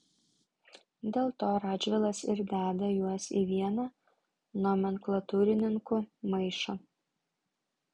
dėl to radžvilas ir deda juos į vieną nomenklatūrininkų maišą